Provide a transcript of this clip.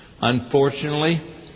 Unfortunately